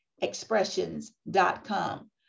expressions.com